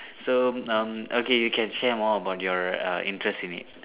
so um okay you can share more about your err interest in it